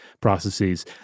processes